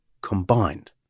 combined